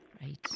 Right